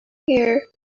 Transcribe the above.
here